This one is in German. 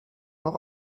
noch